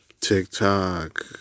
TikTok